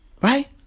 right